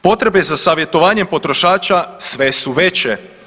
Potrebe za savjetovanjem potrošača sve su veće.